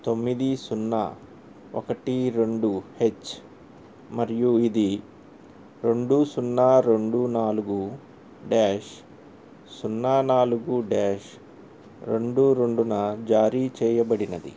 తొమ్మిది సున్నా ఒకటి రెండు హెచ్ మరియు ఇది రెండు సున్నా రెండు నాలుగు డ్యాష్ సున్నా నాలుగు డ్యాష్ రెండు రెండున జారీ చేయబడినది